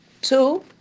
Two